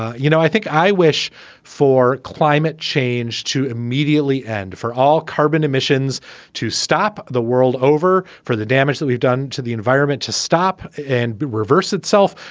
you know, i think i wish for climate change to immediately end for all carbon emissions to stop the world over, for the damage that we've done to the environment, to stop and reverse itself,